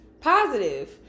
positive